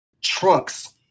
Trunks